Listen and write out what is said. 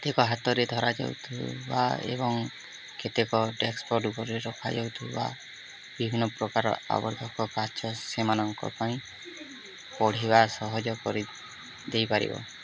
କେତେକ ହାତରେ ଧରାଯାଉଥିବା ଏବଂ କେତେକ ଡ଼େସ୍କ୍ଟପ୍ ଉପରେ ରଖାଯାଉଥିବା ବିଭିନ୍ନ ପ୍ରକାରର ଆବର୍ଦ୍ଧକ କାଚ ସେମାନଙ୍କ ପାଇଁ ପଢ଼ିବା ସହଜ କରିଦେଇପାରିବ